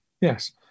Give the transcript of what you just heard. yes